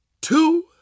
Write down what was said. two